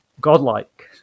godlike